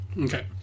Okay